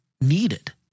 needed